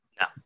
No